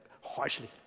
harshly